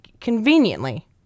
conveniently